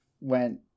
went